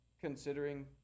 considering